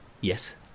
yes